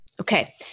okay